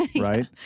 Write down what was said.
right